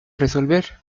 resolver